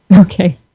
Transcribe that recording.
Okay